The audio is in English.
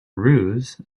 roos